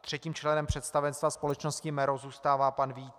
Třetím členem představenstva společnosti MERO zůstává pan Vít Tůma.